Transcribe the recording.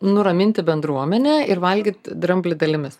nuraminti bendruomenę ir valgyt dramblį dalimis